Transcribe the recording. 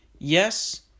Yes